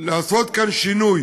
לעשות כאן שינוי,